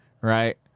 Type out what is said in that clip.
right